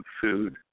food